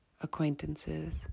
acquaintances